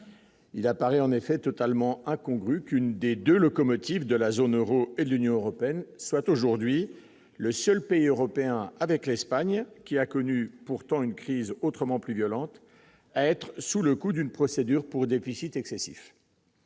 il apparaît en effet totalement incongru qu'une des 2 locomotives de la zone Euro et de l'Union européenne soit aujourd'hui le seul pays européen avec l'Espagne qui a connu pourtant une crise autrement plus violente à être sous le coup d'une procédure pour déficit excessif.